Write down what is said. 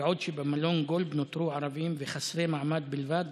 בעוד במלון גולד נותרו ערבים וחסרי מעמד בלבד,